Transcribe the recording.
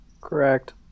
Correct